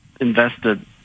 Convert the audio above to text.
invested